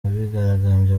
abigaragambya